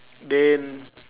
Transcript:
then